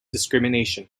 discrimination